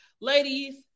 ladies